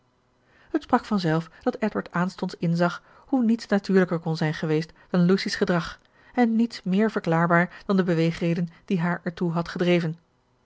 het sprak van zelf dat edward aanstonds inzag hoe niets natuurlijker kon zijn geweest dan lucy's gedrag en niets meer verklaarbaar dan de beweegreden die haar ertoe had gedreven